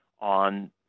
on